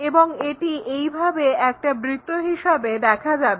এবং এটি এইভাবে একটা বৃত্ত হিসাবে দেখা যাবে